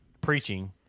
preaching